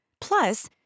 Plus